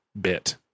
bit